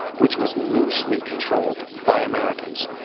which was loosely controlled by americans,